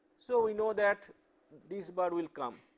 so we know that these bar will come,